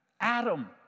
Adam